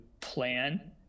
plan